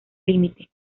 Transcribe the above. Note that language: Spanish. límite